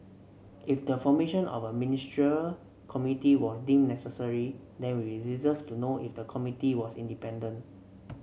if the formation of a Ministerial Committee was deemed necessary then we deserve to know if the committee was independent